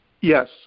Yes